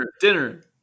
dinner